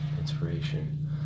Inspiration